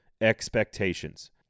Expectations